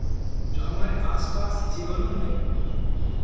जो हमारे आसपास जीवनों में